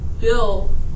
bill